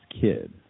kid